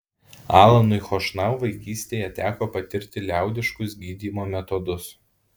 alanui chošnau vaikystėje teko patirti liaudiškus gydymo metodus